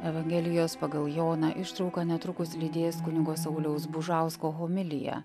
evangelijos pagal joną ištrauką netrukus lydės kunigo sauliaus bužausko homilija